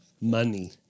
Money